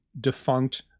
defunct